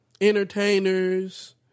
entertainers